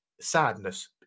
sadness